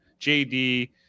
JD